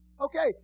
Okay